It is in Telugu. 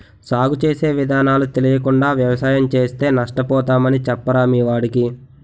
సాగు చేసే విధానాలు తెలియకుండా వ్యవసాయం చేస్తే నష్టపోతామని చెప్పరా మీ వాడికి